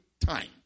time